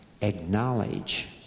acknowledge